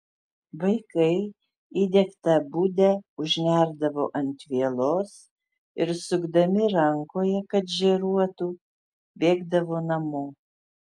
vaikai įdegtą budę užnerdavo ant vielos ir sukdami rankoje kad žėruotų bėgdavo namo